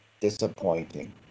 disappointing